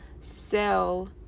sell